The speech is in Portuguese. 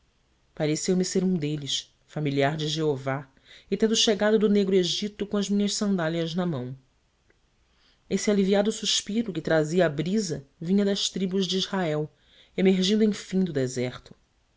do êxodo pareceu-me ser um deles familiar de jeová e tendo chegado do negro egito com as minhas sandálias na mão esse aliviado suspiro que trazia a brisa vinha das tribos de israel emergindo enfim do deserto